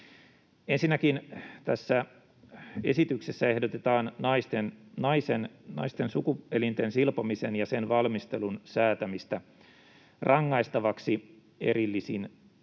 Ensinnäkin tässä esityksessä ehdotetaan naisten sukuelinten silpomisen ja sen valmistelun säätämistä rangaistavaksi erillisin